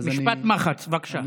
אז משפט המחץ, בבקשה.